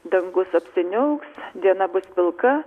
dangus apsiniauks diena bus pilka